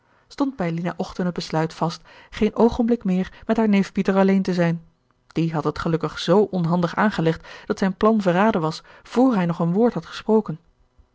stond bij lina ochten het besluit vast geen oogenblik meer met haar neef pieter alleen te zijn die had het gelukkig z onhandig aangelegd dat zijn plan verraden was vr hij nog een woord had gesproken